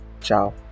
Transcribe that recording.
ciao